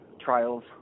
trials